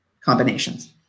combinations